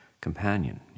companion